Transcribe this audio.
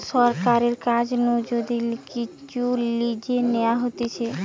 সরকারের কাছ নু যদি কিচু লিজে নেওয়া হতিছে